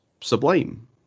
sublime